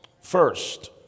first